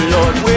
Lord